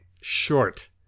short